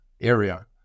area